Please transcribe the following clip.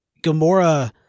Gamora